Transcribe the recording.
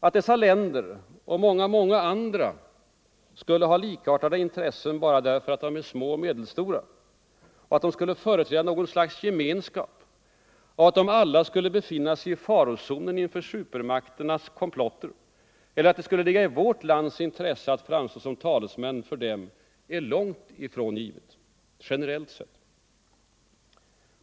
Att dessa länder och många, många andra skulle ha likartade intressen bara därför att de är små eller medelstora, och att de skulle företräda något slags gemenskap samt att de alla skulle befinna sig i farozonen inför supermaktskomplotter, eller att det skulle ligga i vårt lands intresse att framstå som talesmän för dem, är långt ifrån givet, generellt sett.